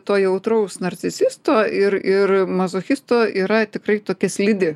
to jautraus norcisisto ir ir mazochisto yra tikrai tokia slidi